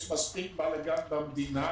יש מספיק בלגאן במדינה,